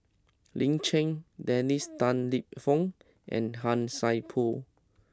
Lin Chen Dennis Tan Lip Fong and Han Sai Por